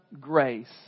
grace